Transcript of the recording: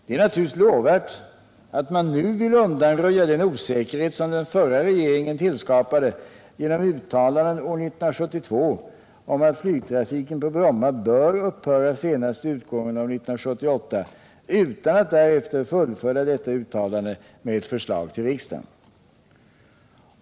Det är naturligtvis lovvärt att man nu vill undanröja den osäkerhet som den förra regeringen tillskapade genom uttalanden år 1972 om att flygtrafiken på Bromma bör upphöra senast vid utgången av år 1978 utan att därefter fullfölja detta uttalande med ett förslag till riksdagen.